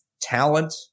Talent